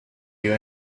you